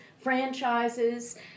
franchises